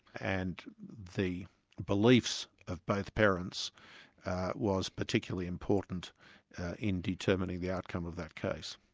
and the beliefs of both parents was particularly important in determining the outcome of that case.